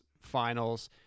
finals